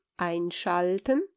einschalten